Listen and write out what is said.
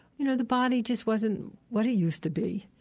you know, the body just wasn't what it used to be,